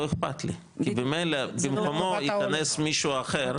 לא אכפת לי, כי במלא במקומו ייכנס מישהו אחר.